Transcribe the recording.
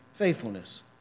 faithfulness